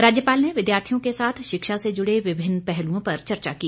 राज्यपाल ने विद्यार्थियों के साथ शिक्षा से जुड़े विभिन्न पहलुओं पर चर्चा की